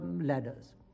ladders